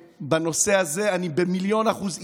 בנושא הזה אני במיליון אחוז איתך,